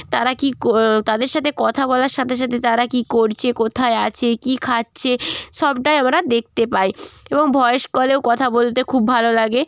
তারা কি ক তাদের সাথে কথা বলার সাথে সাথে তারা কি করছে কোথায় আছে কি খাচ্ছে সবটাই আমরা দেখতে পাই এবং ভয়েস কলেও কথা বলতে খুব ভালো লাগে